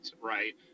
right